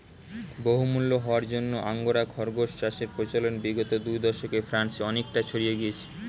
বহুমূল্য হওয়ার জন্য আঙ্গোরা খরগোশ চাষের প্রচলন বিগত দু দশকে ফ্রান্সে অনেকটা ছড়িয়ে গিয়েছে